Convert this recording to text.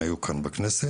הם היו כאן בכנסת.